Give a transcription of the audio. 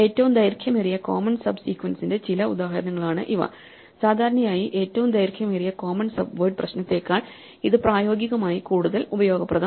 ഏറ്റവും ദൈർഘ്യമേറിയ common sub സീക്വൻസിന്റെ ചില ഉദാഹരണങ്ങളാണ് ഇവ സാധാരണയായി ഏറ്റവും ദൈർഘ്യമേറിയ കോമൺ സബ്വേഡ് പ്രശ്നതേക്കാൾ ഇത് പ്രായോഗികമായി കൂടുതൽ ഉപയോഗപ്രദമാണ്